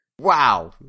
Wow